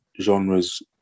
genres